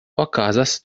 okazas